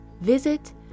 visit